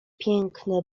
piękne